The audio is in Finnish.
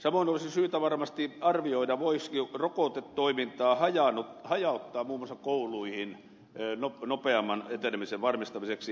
samoin olisi syytä varmasti arvioida voisiko rokotetoimintaa hajauttaa muun muassa kouluihin nopeamman etenemisen varmistamiseksi